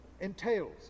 entails